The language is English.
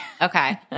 Okay